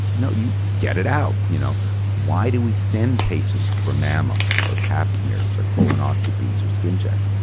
no, you get it out. you know why do we send patients for mammos or pap smears or colonoscopies or skin checks?